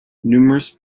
numerous